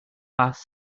path